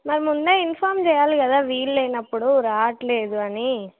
మరి ముందే ఇన్ఫార్మ్ చేయాలి కదా వీలు లేనప్పుడు రావటంలేదు అని